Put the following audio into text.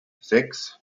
sechs